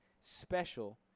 special